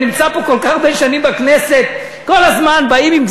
אני נמצא כל כך הרבה שנים בכנסת,